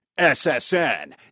SSN